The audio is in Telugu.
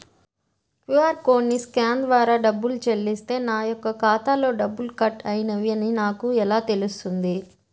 క్యూ.అర్ కోడ్ని స్కాన్ ద్వారా డబ్బులు చెల్లిస్తే నా యొక్క ఖాతాలో డబ్బులు కట్ అయినవి అని నాకు ఎలా తెలుస్తుంది?